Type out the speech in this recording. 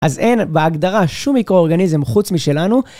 אז אין בהגדרה שום מיקרואורגניזם חוץ משלנו.